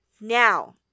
Now